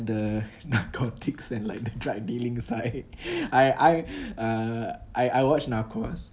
the narcotics and like the drug dealing side I I uh I I watch narcos